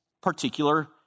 particular